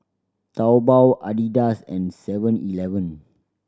Taobao Adidas and Seven Eleven